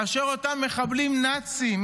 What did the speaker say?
כאשר אותם מחבלים נאצים,